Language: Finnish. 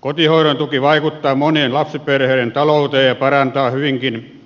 kotihoidon tuki vaikuttaa monien lapsiperheiden talouteen ja parantaa hyvinkin